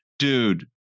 Dude